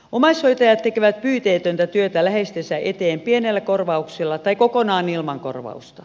omaishoitajat tekevät pyyteetöntä työtä läheistensä eteen pienellä korvauksella tai kokonaan ilman korvausta